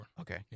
Okay